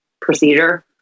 procedure